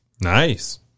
Nice